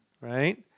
right